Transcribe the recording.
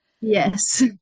Yes